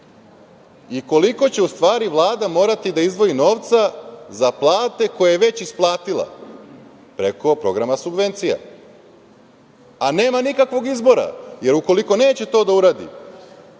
i koliko će u stvari Vlada morati da izdvoji novca za plate koje je već isplatila preko programa subvencija? A nema nikakvog izbora, jer ukoliko neće to da uradi,